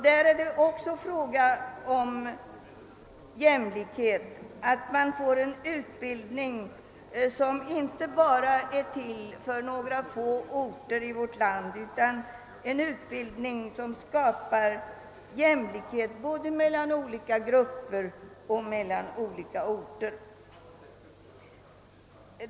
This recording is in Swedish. Där är det också en jämlikhetsfråga att man får en utbildning som inte bara är till för några få orter i vårt land, utan en utbildning som skapar jämlikhet både mellan olika grupper och mellan olika orter.